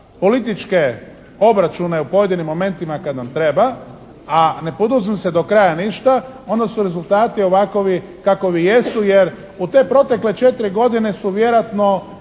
političke obračune u pojedinim momentima kad nam treba, a ne poduzme se do kraja ništa onda su rezultati ovakovi kakovi jesu jer u te protekle četiri godine su vjerojatno